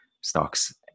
stocks